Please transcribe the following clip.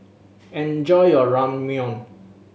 enjoy your Ramyeon